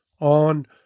on